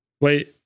wait